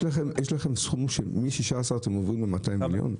יש לכם סכום שמ-16 אתם עוברים ל-200 מיליון.